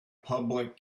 public